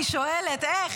אני שואלת, איך?